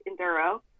enduro